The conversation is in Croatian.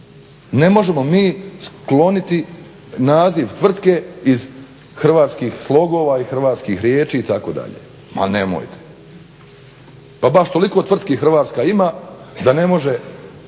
Ne možemo mi skloniti naziv tvrtke iz hrvatskih slogova iz hrvatskih riječi itd., ma nemojte. Pa baš toliko tvrtki Hrvatska ima da ne može